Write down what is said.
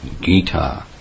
Gita